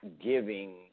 giving